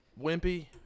Wimpy